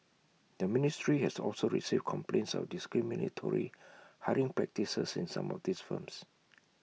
the ministry has also received complaints of discriminatory hiring practices in some of these firms